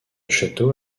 château